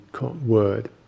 word